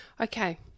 Okay